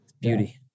Beauty